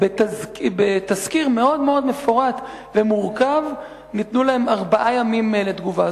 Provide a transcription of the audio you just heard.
בתסקיר מאוד מאוד מפורט ומורכב ניתנו להם ארבעה ימים לתגובה.